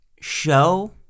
show